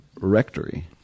rectory